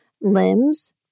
limbs